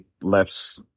left